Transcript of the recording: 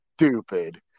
stupid